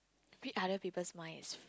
read other peoples mind